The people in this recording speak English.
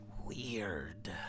weird